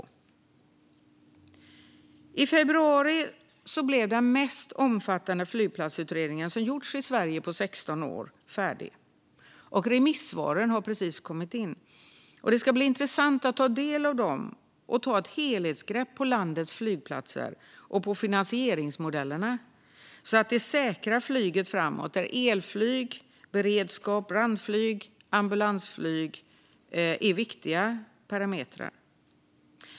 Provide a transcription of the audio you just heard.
I februari blev den mest omfattande flygplatsutredning som gjorts i Sverige på 16 år färdig, och remissvaren har precis kommit in. Det ska bli intressant att ta del av dem och ta ett helhetsgrepp om landets flygplatser och om finansieringsmodellerna, så att flyget säkras framåt. Här är elflyg, beredskap, brandflyg och ambulansflyg viktiga parametrar.